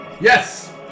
Yes